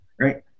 right